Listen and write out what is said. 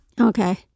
Okay